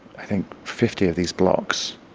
i think, fifty of these blocks,